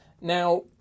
Now